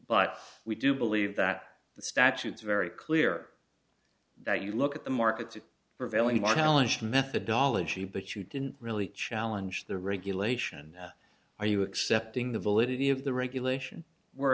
but we do believe that the statutes very clear that you look at the market to prevailing one hellish methodology but you didn't really challenge the regulation are you accepting the validity of the regulation we're